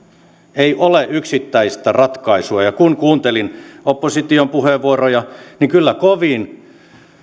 ei ole yksittäistä ratkaisua ja kun kuuntelin opposition puheenvuoroja niin kyllä kovin